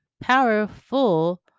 powerful